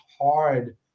hard